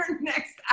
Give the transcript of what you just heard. next